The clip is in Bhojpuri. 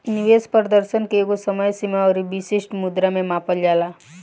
निवेश प्रदर्शन के एकगो समय सीमा अउरी विशिष्ट मुद्रा में मापल जाला